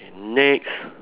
K next